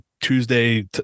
Tuesday